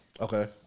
Okay